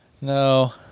No